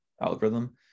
algorithm